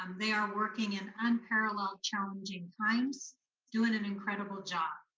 um they are working in unparalleled challenging times doing an incredible job,